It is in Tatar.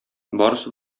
барысы